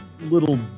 little